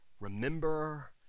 remember